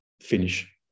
finish